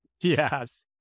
Yes